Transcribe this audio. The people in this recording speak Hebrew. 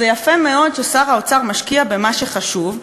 זה יפה מאוד ששר האוצר משקיע במה שחשוב,